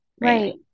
Right